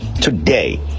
Today